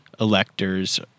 electors